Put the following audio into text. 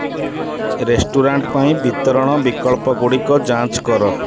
restaurant ପାଇଁ ବିତରଣ ବିକଳ୍ପଗୁଡ଼ିକ ଯାଞ୍ଚ କର